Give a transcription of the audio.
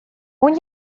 اون